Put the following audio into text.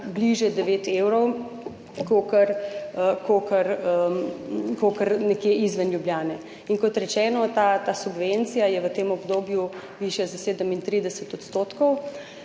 bližje 9 evrom kakor nekje izven Ljubljane. Kot rečeno, ta subvencija je v tem obdobju višja za 37 %.